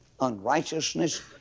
unrighteousness